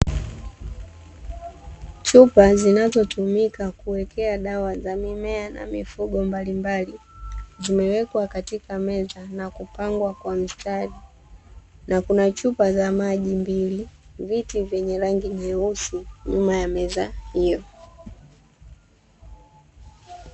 Chupa zinazotumika kuwekea dawa za mimea na mifugo mbalimbali, zimewekwa katika meza na kupangwa kwa mstari, na kuna chupa za maji mbili, viti vyenye rangi nyeusi nyuma ya meza hiyo.